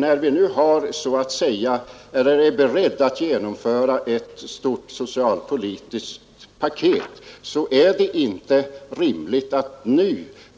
När vi nu är beredda att så småningom genomföra ett stort socialpolitiskt paket är det inte rimligt att